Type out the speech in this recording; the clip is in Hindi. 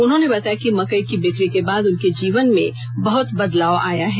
उन्होंने बताया कि मकई की बिकी के बाद उनके जीवन में बहुत बदलाव आया है